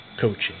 Coaching